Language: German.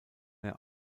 mehr